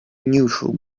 neutral